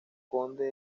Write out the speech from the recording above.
conde